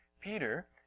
Peter